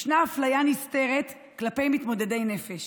ישנה אפליה נסתרת כלפי מתמודדי נפש.